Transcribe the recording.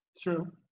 True